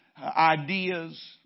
ideas